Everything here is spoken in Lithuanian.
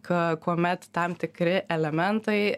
ka kuomet tam tikri elementai